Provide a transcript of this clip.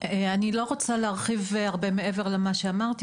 אני לא רוצה להרחיב הרבה מעבר למה שאמרתי